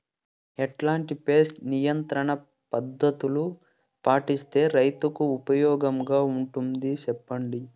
ఎట్లాంటి పెస్ట్ నియంత్రణ పద్ధతులు పాటిస్తే, రైతుకు ఉపయోగంగా ఉంటుంది సెప్పండి?